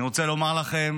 אני רוצה לומר לכם